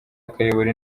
akayobora